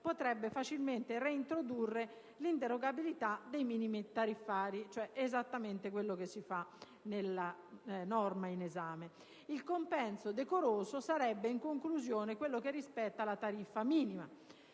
potrebbe facilmente reintrodurre l'inderogabilità dei minimi tariffari (esattamente quello che si propone con la norma in esame): il compenso decoroso sarebbe, in conclusione, quello che rispetta la tariffa minima.